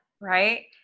right